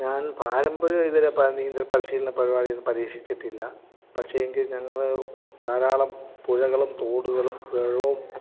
ഞാൻ പാരമ്പര്യമായി ഇതുവരെ നീന്തൽ പരിശീലന പരിപാടിയൊന്നും പരീക്ഷിച്ചിട്ടില്ല പക്ഷെ എങ്കിൽ ഞങ്ങള് ധാരാളം പുഴകളും തോടുകളും വെള്ളവും